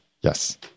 Yes